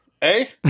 Hey